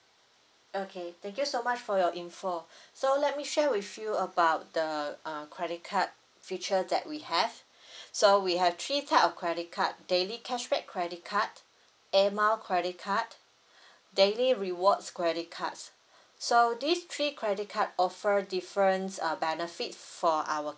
okay thank you so much for your info so let me share with you about the uh credit card feature that we have so we have three type of credit card daily cashback credit card air mile credit card daily rewards credit cards so these three credit card offer difference err benefit for our